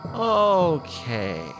Okay